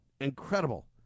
incredible